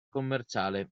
commerciale